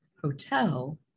Hotel